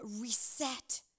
reset